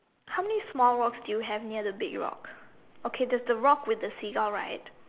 how many small rocks do you have near the big rock okay there's a rock with a seahorse right